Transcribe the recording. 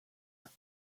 vote